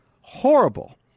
Horrible